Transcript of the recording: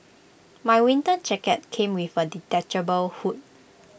my winter jacket came with A detachable hood